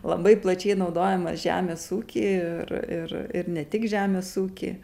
labai plačiai naudojamas žemės ūky ir ir ne tik žemės ūky